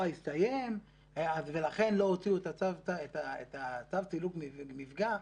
הסתיים ולכן לא הוציאו צו סילוק מפגע.